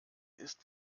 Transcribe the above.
ist